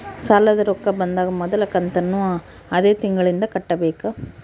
ಸಾಲದ ರೊಕ್ಕ ಬಂದಾಗ ಮೊದಲ ಕಂತನ್ನು ಅದೇ ತಿಂಗಳಿಂದ ಕಟ್ಟಬೇಕಾ?